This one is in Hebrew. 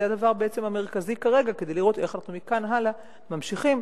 זה הדבר המרכזי כרגע כדי לראות איך מכאן והלאה ממשיכים